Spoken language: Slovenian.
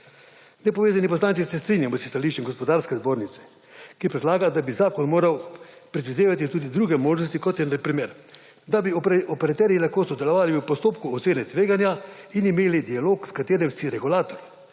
Nepovezani poslanci se strinjamo s stališčem Gospodarske zbornice, ki predlaga, da bi zakon moral predvidevati tudi druge možnosti, kot je na primer, da bi operaterji lahko sodelovali v postopku ocene tveganja in imeli dialog, v katerem si regulator,